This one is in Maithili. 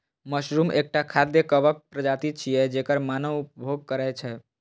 मशरूम एकटा खाद्य कवक प्रजाति छियै, जेकर मानव उपभोग करै छै